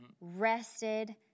rested